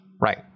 right